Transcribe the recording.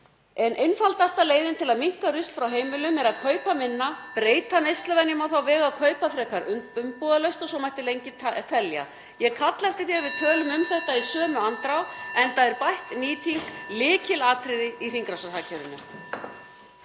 Einfaldasta leiðin til að minnka rusl frá heimilum (Forseti hringir.) er að kaupa minna, breyta neysluvenjum á þá vegu að kaupa frekar umbúðalaust og svo mætti lengi telja. Ég kalla eftir því að við tölum um þetta í sömu andrá enda er bætt nýting lykilatriði í hringrásarhagkerfinu.